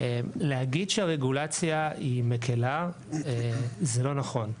להגיד שהרגולציה היא מקלה זה לא נכון.